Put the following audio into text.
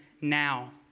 now